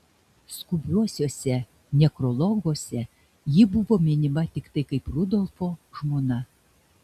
skubiuosiuose nekrologuose ji buvo minima tiktai kaip rudolfo žmona